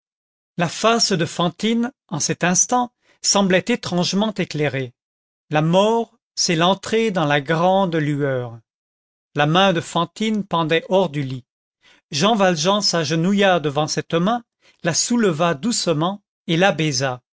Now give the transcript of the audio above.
la face de fantine en cet instant semblait étrangement éclairée la mort c'est l'entrée dans la grande lueur la main de fantine pendait hors du lit jean valjean s'agenouilla devant cette main la souleva doucement et la